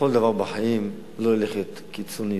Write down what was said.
בכל דבר בחיים לא ללכת קיצוני,